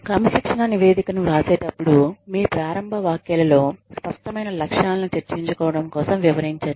క్రమశిక్షణా నివేదికను వ్రాసేటప్పుడు మీ ప్రారంభ వ్యాఖ్యలలో స్పష్టమైన లక్ష్యాలను చర్చించుకోవడం కోసం వివరించండి